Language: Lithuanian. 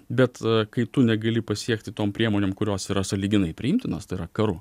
bet kai tu negali pasiekti tom priemonėm kurios yra sąlyginai priimtinos tai yra karu